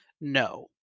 No